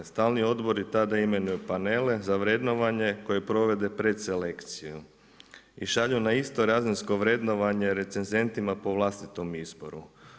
Stalni odbori tada imenuju panele za vrednovanje koje provode predselekciju i šalju na isto razinsko vrednovanje recenzentima po vlastitom izboru.